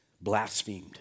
blasphemed